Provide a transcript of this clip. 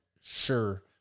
sure